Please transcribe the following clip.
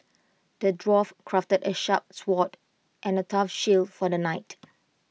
the dwarf crafted A sharp sword and A tough shield for the knight